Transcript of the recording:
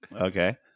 okay